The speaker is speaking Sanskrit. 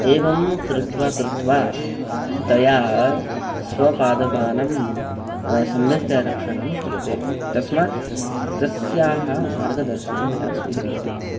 एवं कृत्वा कृत्वा तया स्वपादपानां सम्यक्तया रक्षणं क्रियते तस्मात् तस्याः मार्गदर्शनं मया स्वीक्रियते